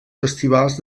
festivals